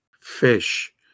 fish